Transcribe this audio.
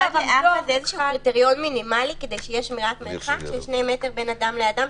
4:1 זה קריטריון מינימלי כדי שתהיה שמירת מרחק של 2 מטר בין אדם לאדם,